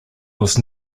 was